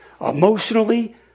emotionally